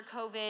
COVID